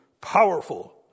powerful